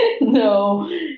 No